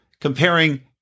comparing